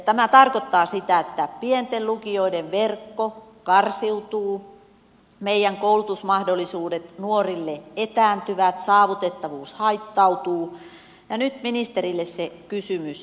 tämä tarkoittaa sitä että pienten lukioiden verkko karsiutuu meidän koulutusmahdollisuudet nuorille etääntyvät saavutettavuus haittautuu ja nyt ministerille se kysymys